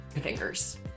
fingers